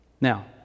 Now